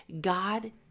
God